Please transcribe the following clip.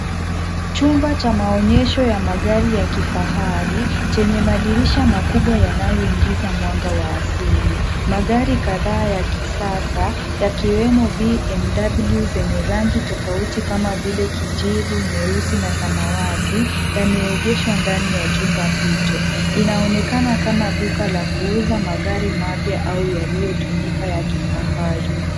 Chumba cha maonyesho ya magari ya kifahari chenye madirisha makubwa yanayoingiza mwanga wa asili. Magari kadhaa ya kisasa yakiwemo BMW zenye rangi tofauti kama vile; kijivu, nyeusi na samawati yameegeshwa ndani ya chumba hicho. Inaonekana kama duka la kuuza magari mapya au yaliyotumika ya kifahari.